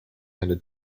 handed